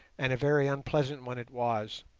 and a very unpleasant one it was.